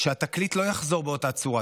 שהתקליט לא יחזור באותה צורה.